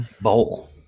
Bowl